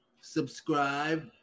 subscribe